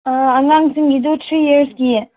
ꯑꯥ ꯑꯉꯥꯡꯁꯤꯡꯒꯤꯁꯨ ꯊ꯭ꯔꯤ ꯑꯦꯁꯀꯤ